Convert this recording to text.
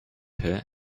her